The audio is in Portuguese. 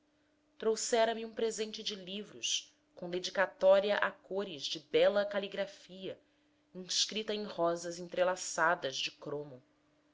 trouxera me um presente de livros com dedicatória a cores de bela caligrafia inscrita em rosas entrelaçadas de cromo